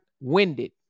Winded